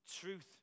Truth